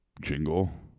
jingle